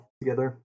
together